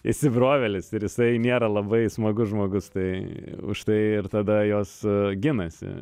įsibrovėlis ir jisai nėra labai smagus žmogus tai užtai ir tada jos ginasi